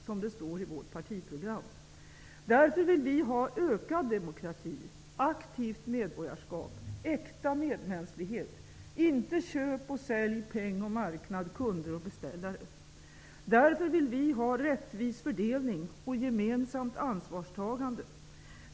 Detta står i vårt partiprogram. Därför vill vi ha ökad demokrati, aktivt medborgarskap, äkta medmänsklighet -- inte köp och sälj, peng och marknad, kunder och beställare. Därför vill vi ha rättvis fördelning och gemensamt ansvarstagande.